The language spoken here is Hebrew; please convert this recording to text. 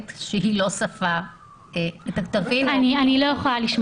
שהיא לא שפה -- אני לא יכולה לשמוע את זה.